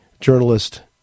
journalist